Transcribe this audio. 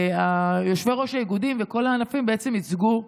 יושבי-ראש האיגודים וכל הענפים בעצם ייצגו,